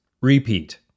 repeat